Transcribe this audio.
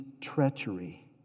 treachery